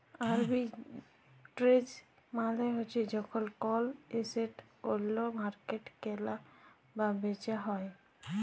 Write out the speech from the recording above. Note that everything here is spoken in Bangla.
আরবিট্রেজ মালে হ্যচ্যে যখল কল এসেট ওল্য মার্কেটে কেলা আর বেচা হ্যয়ে